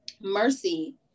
mercy